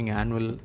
annual